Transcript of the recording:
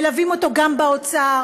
מלווים אותו גם באוצר,